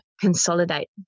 consolidate